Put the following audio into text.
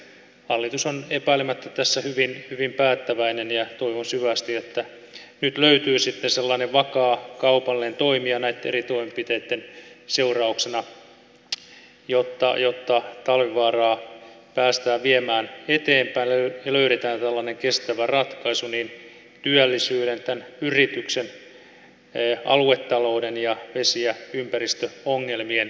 hallitus on epäilemättä tässä hyvin päättäväinen ja toivon syvästi että nyt löytyy sitten sellainen vakaa kaupallinen toimija näitten eri toimenpiteitten seurauksena jotta talvivaaraa päästään viemään eteenpäin ja löydetään kestävä ratkaisu niin työllisyyden tämän yrityksen aluetalou den kuin vesi ja ympäristöongelmien osalta